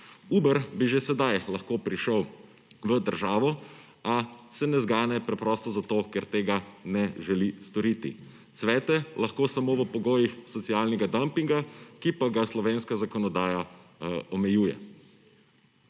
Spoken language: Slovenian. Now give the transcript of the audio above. Uber bi že sedaj lahko prišel v državo, a se ne zgane preprosto zato, ker tega ne želi storiti. Cvete lahko samo v pogojih socialnega dumpinga, ki pa ga slovenska zakonodaja omejuje.